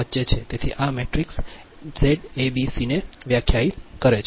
તેથી આ matrix Z A B C ને વ્યાખ્યાયિત કરશે